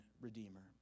redeemer